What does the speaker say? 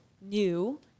new